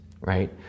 right